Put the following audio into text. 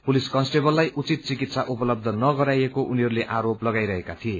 police कन्सटेबललाई उचित चिकित्सा उपलब्ध नगराइएको उनीहरूले अरोपल लगाइरहेका थिए